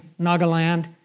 Nagaland